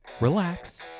Relax